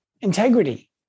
integrity